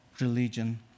religion